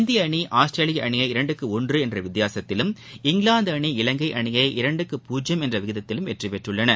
இந்தியஅணி ஆஸ்திரேலியஅணியை இரண்டுக்குஒன்றுஎன்றவித்தியாசத்திலும் இங்கிலாந்துஅணி இலங்கைஅணியை இரண்டுக்கு பூஜ்ஜியம் என்றவிதத்தில் வெற்றிபெற்றன